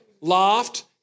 loft